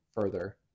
further